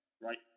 right